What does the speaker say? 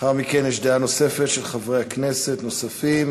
לאחר מכן יש דעה נוספת של חברי כנסת נוספים.